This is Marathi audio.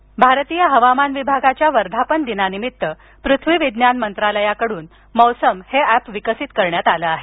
वर्धापन दिन भारतीय हवामान विभागाच्या वर्धापन दिनानिमित्त पृथ्वी विज्ञान मंत्रालयाकडून मौसम हे एप विकसित करण्यात आलं आहे